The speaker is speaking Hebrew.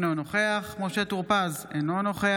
אינו נוכח משה טור פז, אינו נוכח